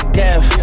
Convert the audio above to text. death